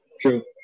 True